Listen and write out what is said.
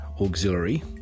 Auxiliary